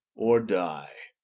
or dye.